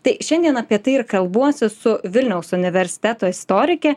tai šiandien apie tai ir kalbuosi su vilniaus universiteto istorike